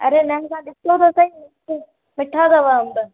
अरे न न ॾिसो त सही मीठा अथव अंब